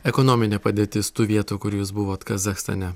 ekonominė padėtis tų vietų kur jūs buvot kazachstane